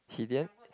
he didn't